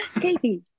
Katie